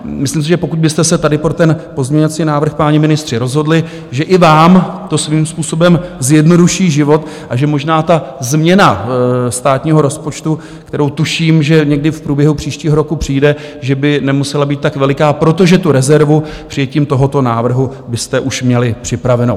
Myslím si, že pokud byste se tady pro ten pozměňovací návrh, páni ministři, rozhodli, že i vám to svým způsobem zjednoduší život a že možná ta změna státního rozpočtu, kterou tuším, že někdy v průběhu příštího roku přijde, že by nemusela být tak veliká, protože tu rezervu přijetím tohoto návrhu byste už měli připravenou.